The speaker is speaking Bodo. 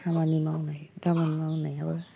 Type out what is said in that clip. खामानि मावनाय दामानि मावनायाबो